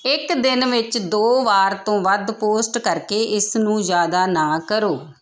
ਇੱਕ ਦਿਨ ਵਿੱਚ ਦੋ ਵਾਰ ਤੋਂ ਵੱਧ ਪੋਸਟ ਕਰਕੇ ਇਸਨੂੰ ਜ਼ਿਆਦਾ ਨਾ ਕਰੋ